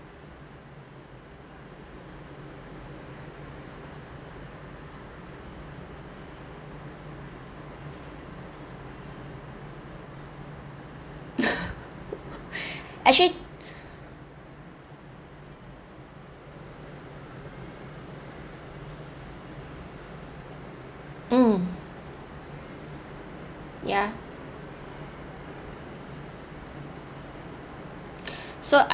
actually mm ya so